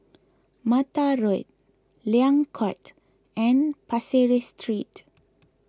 Mata Road Liang Court and Pasir Ris Street